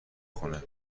خونه